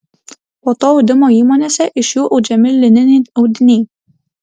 po to audimo įmonėse iš jų audžiami lininiai audiniai